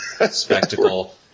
Spectacle